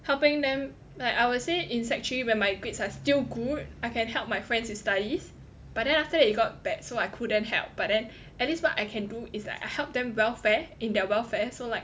helping them like I would say it's actually when my grades are still good I can help my friends with studies but then after that it got bad so I couldn't help but then at least what I can do is like I help them welfare in their welfare so like